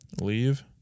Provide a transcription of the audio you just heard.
Leave